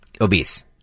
obese